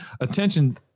attention